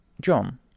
John